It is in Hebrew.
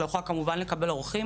אי אפשר לקבל אורחים,